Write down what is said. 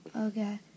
Okay